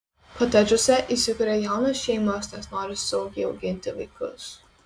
kotedžuose įsikuria jaunos šeimos nes nori saugiai auginti vaikus